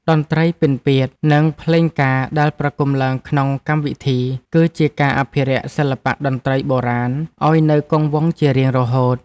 តន្ត្រីពិណពាទ្យ និងភ្លេងការដែលប្រគំឡើងក្នុងកម្មវិធី គឺជាការអភិរក្សសិល្បៈតន្ត្រីបុរាណឱ្យនៅគង់វង្សជារៀងរហូត។